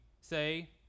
say